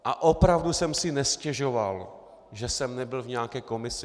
A opravdu jsem si nestěžoval, že jsem nebyl v nějaké komisi.